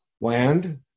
Land